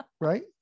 right